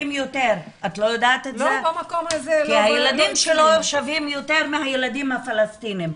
כי הילדים שלו שווים יותר מהילדים הפלסטינים.